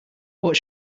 what